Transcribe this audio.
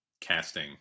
casting